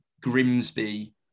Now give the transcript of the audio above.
Grimsby